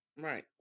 Right